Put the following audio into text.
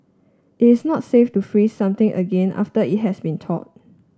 it is not safe to freeze something again after it has been thawed